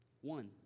One